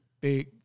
big